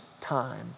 time